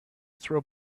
throw